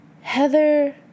Heather